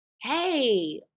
hey